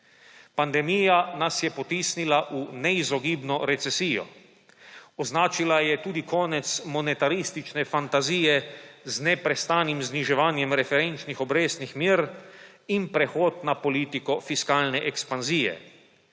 Pandemija nas je potisnila v neizogibno recesijo. Označila je tudi konec monetaristične fantazije z neprestanim zniževanjem referenčnih obrestnih mer in prehod na politiko fiskalne ekspanzije.